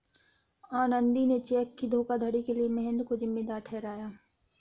आनंदी ने चेक की धोखाधड़ी के लिए महेंद्र को जिम्मेदार ठहराया